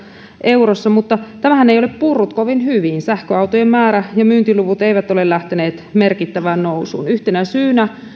eurossa mutta tämähän ei ole purrut kovin hyvin sähköautojen määrä ja myyntiluvut eivät ole lähteneet merkittävään nousuun yhtenä syynä